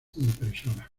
impresora